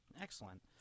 excellent